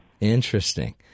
Interesting